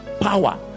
power